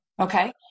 okay